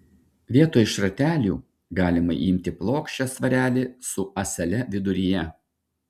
vietoj šratelių galima imti plokščią svarelį su ąsele viduryje